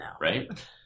right